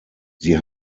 sie